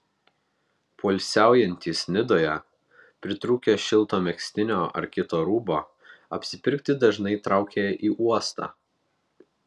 poilsiaujantys nidoje pritrūkę šilto megztinio ar kito rūbo apsipirkti dažnai traukia į uostą